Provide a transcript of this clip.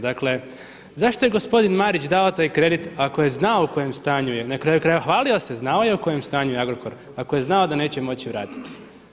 Dakle, zašto je gospodin Marić dao taj kredit ako je znao u kojem stanju je, na kraju krajeva hvalio se, znao je u kojem je stanju Agrokor ako je znao da neće moći vratiti.